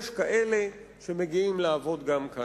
יש כאלה שמגיעים לעבוד גם כאן.